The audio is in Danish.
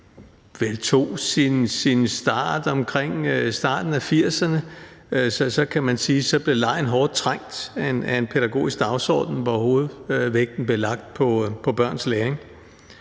vel tog sin start omkring starten af 1980'erne, blev legen hårdt trængt, kan man sige, af en pædagogisk dagsorden, hvor hovedvægten blev lagt på børns læring.